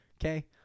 okay